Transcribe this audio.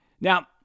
Now